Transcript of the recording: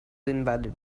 invalid